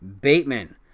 Bateman